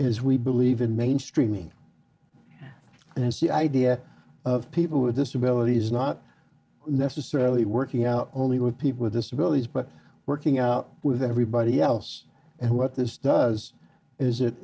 is we believe in mainstreaming and that's the idea of people with disabilities not necessarily working out only with people with disabilities but working out with everybody else and what this does is it